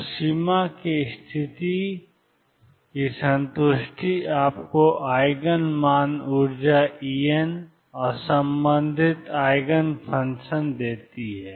तो सीमा की स्थिति की संतुष्टि आपको आइगन मान ऊर्जा En और संबंधित आइगन फ़ंक्शन देती है